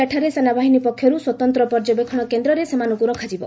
ସେଠାରେ ସେନାବାହିନୀ ପକ୍ଷରୁ ସ୍ୱତନ୍ତ ପର୍ଯ୍ୟବକ୍ଷଣ କେନ୍ଦ୍ରରେ ସେମାନଙ୍କୁ ରଖାଯିବ